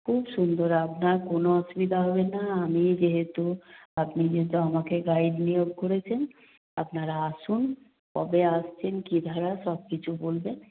খুব সুন্দর আপনার কোনো অসুবিধা হবে না আমি যেহেতু আপনি যেহেতু আমাকে গাইড নিয়োগ করেছেন আপনারা আসুন কবে আসছেন সব কিছু বলবেন